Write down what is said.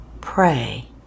pray